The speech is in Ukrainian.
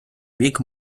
бік